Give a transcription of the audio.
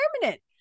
permanent